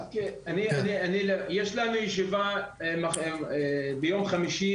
יש לנו ישיבה ביום חמישי,